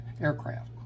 aircraft